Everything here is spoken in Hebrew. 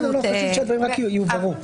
חשוב שהדברים יובהרו.